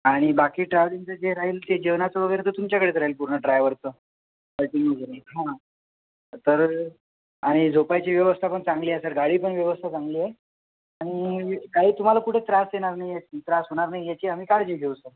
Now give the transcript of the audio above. आणि बाकी ट्रॅव्हलिंगचं जे राहील ते जेवणाचं वगैरे ते तुमच्याकडेच राहील पूर्ण ड्रायवरचं वगैरे हां तर आणि झोपायची व्यवस्था पण चांगली असेल गाडी पण व्यवस्था चांगली आहे आणि काही तुम्हाला कुठे त्रास येणार नाही आहे की त्रास होणार नाही याची आम्ही काळजी घेऊ सर